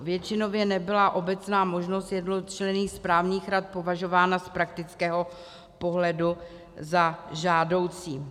Většinově nebyla obecná možnost jednočlenných správních rad považována z praktického pohledu za žádoucí.